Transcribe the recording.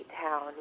town